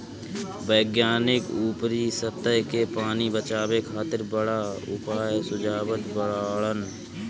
वैज्ञानिक ऊपरी सतह के पानी बचावे खातिर बड़ा उपाय सुझावत बाड़न